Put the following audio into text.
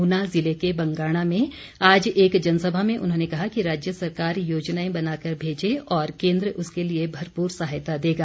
ऊना जिले के बंगाणा में आज एक जनसभा में उन्होंने कहा कि राज्य सरकार योजनाएं बनाकर भेजें और केन्द्र उसके लिए भरपूर सहायता देगा